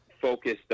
focused